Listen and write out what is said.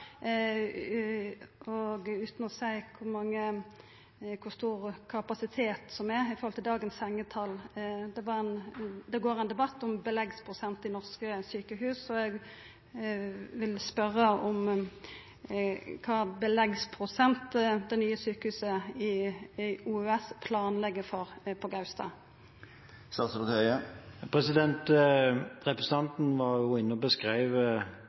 areal, utan å seia kor stor kapasitet som er i forhold til dagens sengetal. Det går ein debatt om beleggsprosent i norske sjukehus, og eg vil spørja om kva beleggsprosent det nye sjukehuset, OUS, planlegg for på Gaustad. Representanten beskrev jo